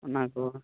ᱚᱱᱟᱠᱚ